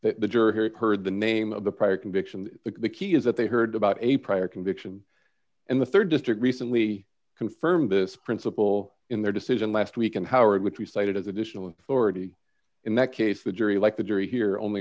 the jury heard the name of the prior conviction the key is that they heard about a prior conviction and the rd district recently confirmed this principle in their decision last week and howard which we cited as additional already in that case the jury like the jury here only